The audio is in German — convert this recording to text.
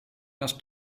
das